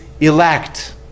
elect